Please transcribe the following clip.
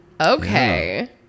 Okay